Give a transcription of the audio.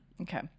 Okay